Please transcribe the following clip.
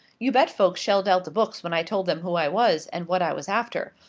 you bet folks shelled out the books when i told them who i was, and what i was after.